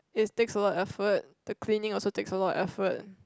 it takes a lot of effort the cleaning also takes a lot of effort